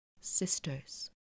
sisters